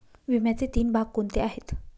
विम्याचे तीन भाग कोणते आहेत?